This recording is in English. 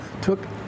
took